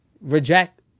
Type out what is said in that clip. reject